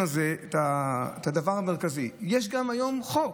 הזה את הדבר המרכזי: יש גם היום חוק,